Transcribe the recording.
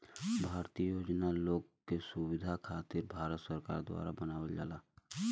भारतीय योजना लोग के सुविधा खातिर भारत सरकार द्वारा बनावल जाला